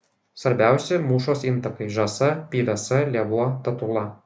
svarbiausi mūšos intakai žąsa pyvesa lėvuo tatula